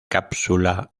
cápsula